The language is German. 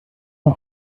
mal